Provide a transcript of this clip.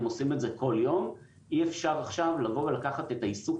הם עושים את זה כל יום ואי אפשר לבוא עכשיו ולקחת את העיסוק